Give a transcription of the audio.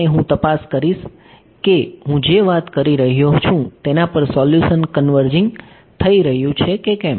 ને હું તપાસ કરીશ કે હું જે વાત કરી રહ્યો છું તેના પર સોલ્યુશન કન્વર્જિંગ થઈ રહ્યું છે કે કેમ